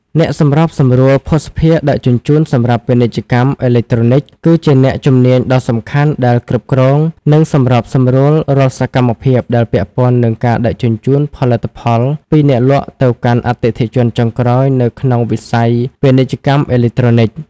អ្នកសម្របសម្រួលភស្តុភារដឹកជញ្ជូនសម្រាប់ពាណិជ្ជកម្មអេឡិចត្រូនិក គឺជាអ្នកជំនាញដ៏សំខាន់ដែលគ្រប់គ្រង និងសម្របសម្រួលរាល់សកម្មភាពដែលពាក់ព័ន្ធនឹងការដឹកជញ្ជូនផលិតផលពីអ្នកលក់ទៅកាន់អតិថិជនចុងក្រោយនៅក្នុងវិស័យពាណិជ្ជកម្មអេឡិចត្រូនិក។